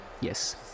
Yes